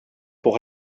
pour